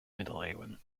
middeleeuwen